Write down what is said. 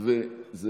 (הוראת